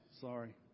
sorry